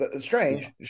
strange